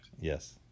Yes